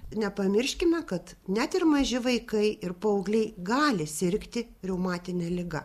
nepamirškime kad net ir maži vaikai ir paaugliai gali sirgti reumatine liga